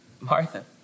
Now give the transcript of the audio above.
Martha